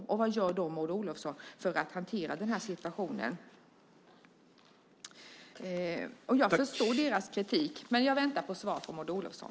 Och vad gör då Maud Olofsson för att hantera situationen? Jag förstår deras kritik. Men jag väntar på svar från Maud Olofsson.